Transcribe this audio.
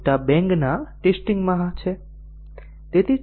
મોટા બેંગ ના ટેસ્ટીંગ માં છે